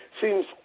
seems